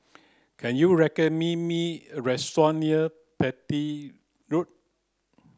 can you me a restaurant near Beatty Road